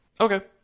Okay